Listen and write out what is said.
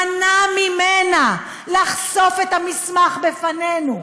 מנע ממנה לחשוף את המסמך בפנינו.